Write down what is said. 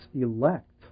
elect